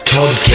Todd